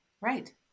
right